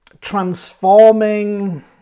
transforming